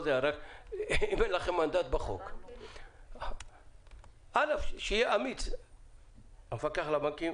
אם אין לכם מנדט בחוק, אנא, שהמפקח על הבנקים